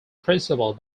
principal